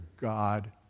God